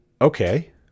okay